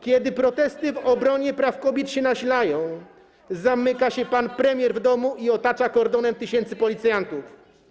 Kiedy protesty w obronie praw kobiet się nasilają, zamyka się pan premier w domu i otacza kordonem tysięcy policjantów.